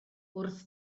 wrth